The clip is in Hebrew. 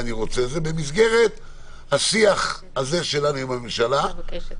במסגרת השיח הזה שלנו עם הממשלה,